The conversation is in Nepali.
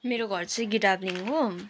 मेरो घर चाहिँ गितडाब्लिङ हो